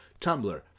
Tumblr